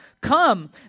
Come